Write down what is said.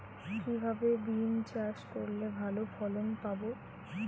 কিভাবে বিম চাষ করলে ভালো ফলন পাব?